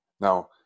Now